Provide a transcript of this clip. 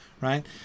right